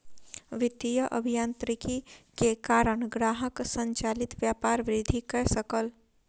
वित्तीय अभियांत्रिकी के कारण ग्राहक संचालित व्यापार वृद्धि कय सकल